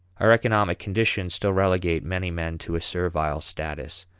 our economic conditions still relegate many men to a servile status.